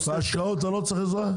בהשקעות אתה לא צריך עזרה?